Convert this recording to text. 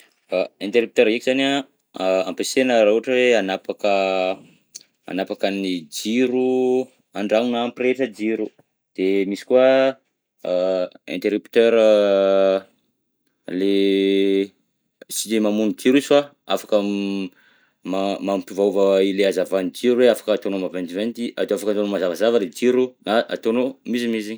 Interrupteur ndreky zany an, ampiasaina raha ohatra hoe hanapaka hanapaka ny jiro andragno na hampirehitra jiro, de misy koa a interrupteur a le sy le mamono jiro izy fa afaka ma- mampiovaova ilay hazavan'ny jiro hoe afaka ataonao maventiventy, afaka ataonao mazavazava ilay jiro na ataonao mizimizina.